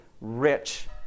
rich